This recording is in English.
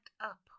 up